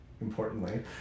Importantly